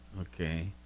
Okay